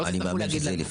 לא תצטרכו להגיד לנו.